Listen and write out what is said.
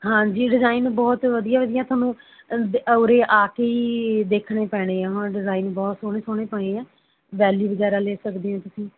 ਹਾਂਜੀ ਡਿਜ਼ਾਈਨ ਬਹੁਤ ਵਧੀਆ ਵਧੀਆ ਤੁਹਾ ਦੇ ਉਰੇ ਆ ਕੇ ਹੀ ਦੇਖਣੇ ਪੈਣੇ ਆ ਹਾਂ ਡਿਜ਼ਾਈਨ ਬਹੁਤ ਸੋਹਣੇ ਸੋਹਣੇ ਪਏ ਹੈ ਬੈਲੀ ਵਗੈਰਾ ਲੈ ਸਕਦੇ ਹੋ ਤੁਸੀਂ